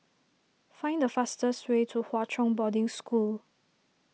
find the fastest way to Hwa Chong Boarding School